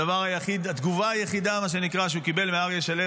התגובה היחידה שהוא קיבל מאריה שלו